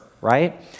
Right